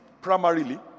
primarily